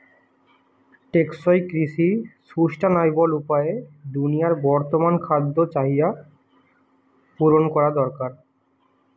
টেকসই কৃষি সুস্টাইনাবল উপায়ে দুনিয়ার বর্তমান খাদ্য চাহিদা পূরণ করা দরকার